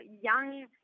young